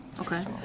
Okay